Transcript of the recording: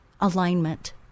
alignment